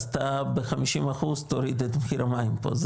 אז אתה תוריד ב-50% את מחיר המים פה.